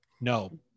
No